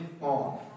on